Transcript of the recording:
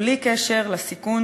בלי קשר לסיכון